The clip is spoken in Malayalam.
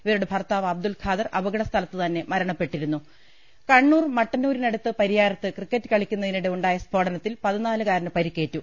ഇവരുടെ ഭർത്താവ് അബ്ദുൽ ഖാദർ അപകടസ്ഥലത്തു തന്നെ മരണപ്പെട്ടിരുന്നു കണ്ണൂർ മട്ടന്നൂരിനടുത്ത് പരിയാരത്ത് ക്രിക്കറ്റ് കളിക്കുന്നതിനിടെ ഉണ്ടായ സ്ഫോടനത്തിൽ പതിനാലുകാരന് പരിക്കേറ്റു